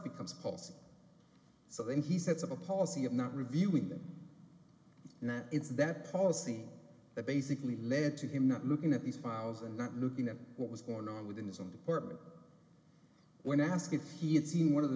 becomes possible so then he sets up a policy of not reviewing them and it's that policy that basically led to him not looking at these files and not looking at what was going on within his own department when asked if he had seen one of the